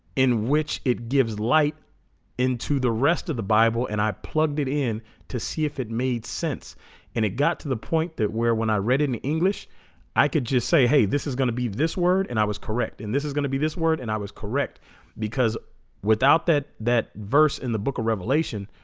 in which it gives light into the rest of the bible and i plugged it in to see if it made sense and it got to the point that where when i read it in english i could just say hey this is gonna be this word and i was correct and this is gonna be this word and i was correct because without that that verse in the book of revelation